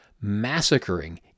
massacring